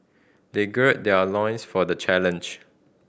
they gird their loins for the challenge